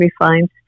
refined